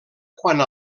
quant